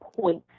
points